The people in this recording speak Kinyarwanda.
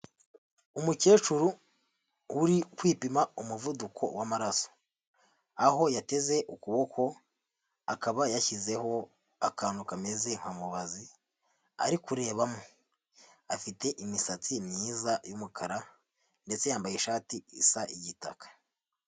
Umukecuru uri kwipima umuvuduko w'amaraso, aho yateze ukuboko, akaba yashyizeho akantu kameze nka mubazi, ari kurebamo. Afite imisatsi myiza y'umukara, ndetse yambaye ishati isa igitaka.